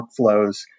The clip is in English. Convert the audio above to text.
workflows